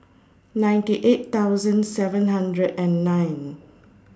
ninety eight thousand seven hundred and nine